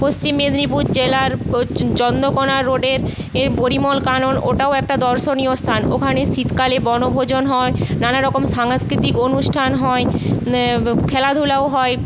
পশ্চিম মেদিনীপুর জেলার চন্দ্রকোণা রোডের পরিমল কানন ওটাও একটা দর্শনীয় স্থান ওখানে শীতকালে বনভোজন হয় নানারকম সাংস্কৃতিক অনুষ্ঠান হয় খেলাধুলাও হয়